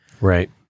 Right